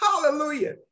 Hallelujah